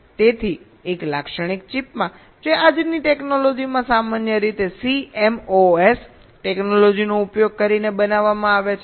તેથી એક લાક્ષણિક ચિપમાં જે આજની ટેકનોલોજીમાં સામાન્ય રીતે CMOS ટેકનોલોજીનો ઉપયોગ કરીને બનાવવામાં આવે છે